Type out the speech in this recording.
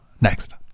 next